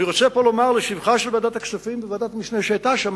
אני רוצה לומר פה לשבחה של ועדת הכספים וועדת משנה שהיתה שם,